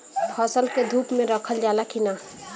फसल के धुप मे रखल जाला कि न?